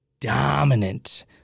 dominant